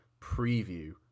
preview